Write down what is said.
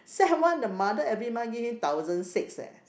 sec-one the mother every month give him thousand six leh